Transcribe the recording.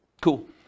cool